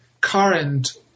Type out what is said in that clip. current